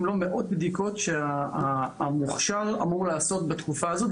אם לא מאות בדיקות שהמוכשר אמור לעשות בתקופה הזו,